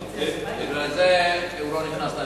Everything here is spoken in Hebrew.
בגלל זה הוא לא נכנס לממשלה.